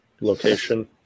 location